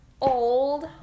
old